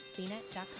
CNET.com